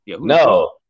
No